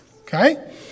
okay